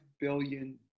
billion